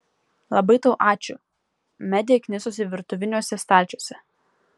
labai tau ačiū medė knisosi virtuviniuose stalčiuose